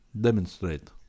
Demonstrate